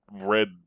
read